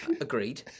agreed